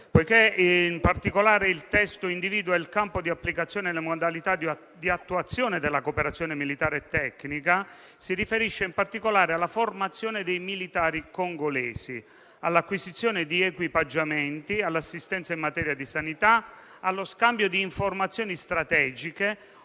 Il testo individua il campo d'applicazione e le modalità di attuazione della cooperazione militare e tecnica, con particolare riferimento alla formazione dei militari congolesi, all'acquisizione di equipaggiamenti, all'assistenza in materia di sanità e allo scambio di informazioni strategiche,